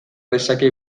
dezake